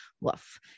woof